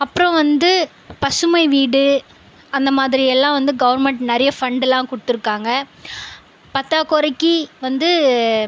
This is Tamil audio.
அப்புறம் வந்து பசுமை வீடு அந்த மாதிரி எல்லாம் வந்து கவர்மெண்ட் நிறைய ஃபண்ட்டெலாம் கொடுத்துருக்காங்க பற்றாக்கொறைக்கி வந்து